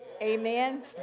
Amen